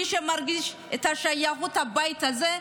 מי שמרגיש את השייכות לבית הזה,